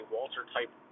Walter-type